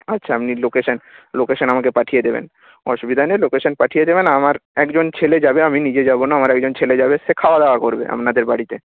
আচ্ছা আপনি location location আমাকে পাঠিয়ে দেবেন অসুবিধা নেই লোকেশান পাঠিয়ে দেবেন আমার একজন ছেলে যাবে আমি নিজে যাব না আমার একজন ছেলে যাবে সে খাওয়া দাওয়া করবে আপনাদের বাড়িতে